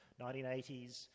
1980s